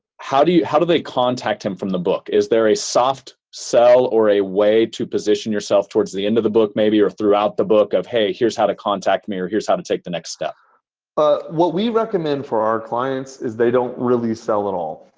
how do yeah how do they contact him from the book? is there a soft sell or a way to position yourself towards the end of the book maybe or throughout the book of, hey, here's how to contact me, or here's how to take the next step? tucker ah what we recommend for our clients is they don't really sell it all.